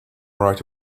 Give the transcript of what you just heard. right